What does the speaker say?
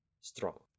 Strong